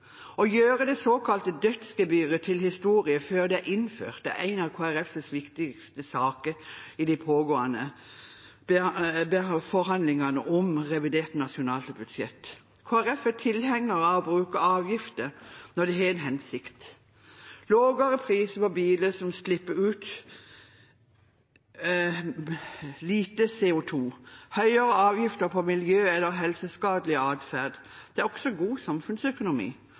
Å gjøre det såkalte dødsgebyret til historie før det er innført, er en av Kristelig Folkepartis viktigste saker i de pågående forhandlingene om revidert nasjonalbudsjett. Kristelig Folkeparti er tilhenger av å bruke avgifter når det har en hensikt: lavere priser på biler som slipper ut lite CO 2 , og høyere avgifter på miljø- eller helseskadelig atferd. Dette er også god samfunnsøkonomi.